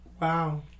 Wow